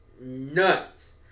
nuts